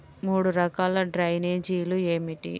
మూడు రకాల డ్రైనేజీలు ఏమిటి?